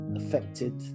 affected